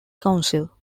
council